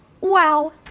Wow